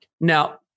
Now